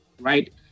right